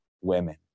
women